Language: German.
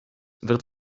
wird